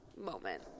moment